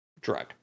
drug